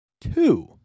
two